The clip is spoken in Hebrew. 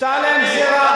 הושתה עליהם גזירה.